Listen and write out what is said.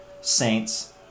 saints